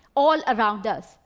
all around us.